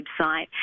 website